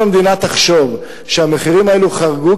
אם המדינה תחשוב שהמחירים האלה חרגו,